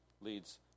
leads